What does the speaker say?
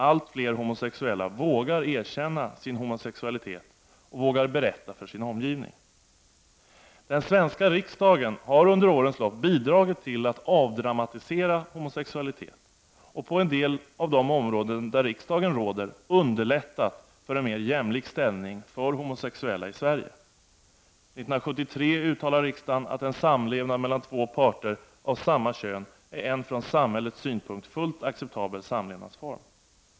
Allt fler homosexuella vågar erkänna sin homosexualitet och vågar berätta för sin omgivning. Den svenska riksdagen har under årens lopp bidragit till att avdramatisera homosexualitet. och på en del av de områden där riksdagen råder underlättat för en mer jämlik ställning för homosexuella i Sverige. År 1973 uttalade riksdagen att en samlevnad mellan två parter av samma kön är en från samhällets synpunkt fullt acceptabel samlevnadsform.